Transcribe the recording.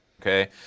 Okay